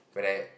when I